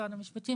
משרד המשפטים,